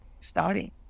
starting